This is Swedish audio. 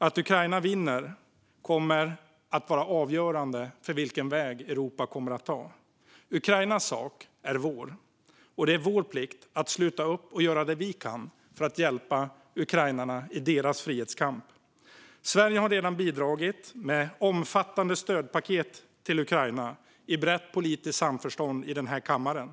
Att Ukraina vinner kommer att vara avgörande för den väg Europa kommer att ta. Ukrainas sak är vår, och det är vår plikt att sluta upp och göra det vi kan för att hjälpa ukrainarna i deras frihetskamp. Sverige har redan bidragit med omfattande stödpaket till Ukraina. Detta har det rått brett politiskt samförstånd kring i den här kammaren.